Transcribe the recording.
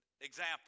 example